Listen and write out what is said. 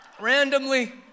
randomly